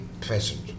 present